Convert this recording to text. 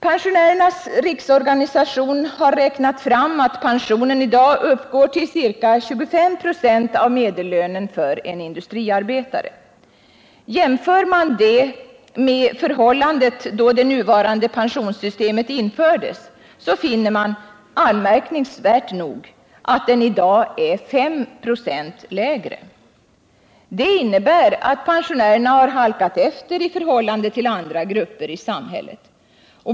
Pensionärernas riksorganisation har räknat fram att pensionen i dag uppgår till ca 25 96 av medellönen för en industriarbetare. Om man jämför med förhållandet då det nuvarande pensionssystemet infördes finner man, anmärkningsvärt nog, att pensionen i dag är 5 96 lägre. Det innebär att pensionärerna har halkat efter andra grupper i samhället.